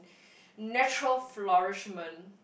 natural flourishment